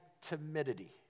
timidity